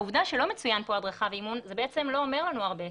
העובדה שלא מצוין פה הדרכה ואימון זה לא אומר לנו הרבה,